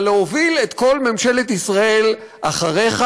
אלא להוביל את כל ממשלת ישראל אחריך